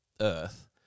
Earth